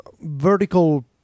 vertical